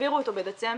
העבירו אותו בדצמבר,